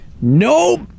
Nope